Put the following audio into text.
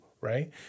right